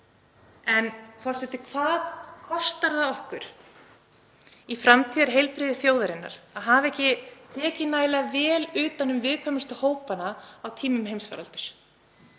Hvað kostar það okkur fyrir framtíðarheilbrigði þjóðarinnar að hafa ekki tekið nægilega vel utan um viðkvæmustu hópana á tímum heimsfaraldurs?